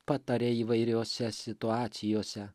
pataria įvairiose situacijose